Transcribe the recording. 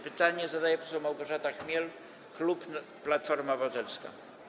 Pytanie zadaje poseł Małgorzata Chmiel, klub Platforma Obywatelska.